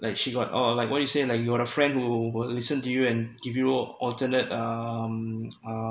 like she got or like what he say like you got a friend who will listen to you and give you alternate um